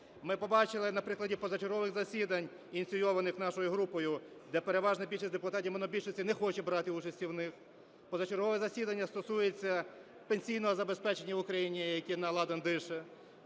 Ми побачили на прикладі позачергових засідань, ініційованих нашою групою, де переважна більшість депутатів монобільшості не хоче брати участі в них. Позачергове засідання стосується пенсійного забезпечення в Україні, яке на ладан дише,